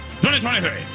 2023